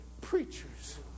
preachers